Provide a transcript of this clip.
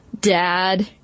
dad